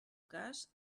cas